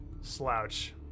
slouch